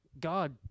God